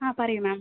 ആ പറയൂ മാം